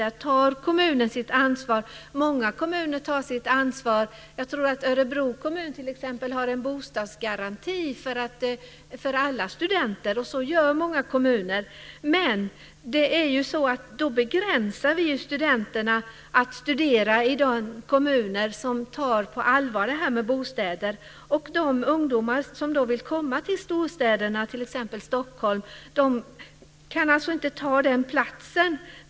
Där tar kommunen sitt ansvar. Många kommuner tar sitt ansvar - jag tror att t.ex. Örebro kommun har en bostadsgaranti för alla studenter. Det finns också många andra kommuner som gör så. Men då begränsar vi ju studenterna till att studera i de kommuner som tar detta med bostäder på allvar. De ungdomar som vill komma till storstäderna, t.ex. Stockholm, kan inte ta sin plats.